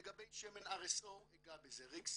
לגבי שמן RSO אגע בזה שמן ריק סימפסון.